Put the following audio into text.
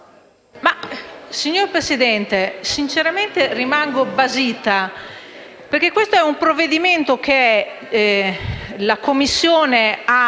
Signor Presidente, sinceramente io rimango basita, perché questo è un provvedimento che la Commissione ha